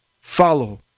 follow